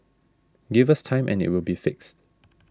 give us time and it will be fixed